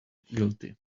guilty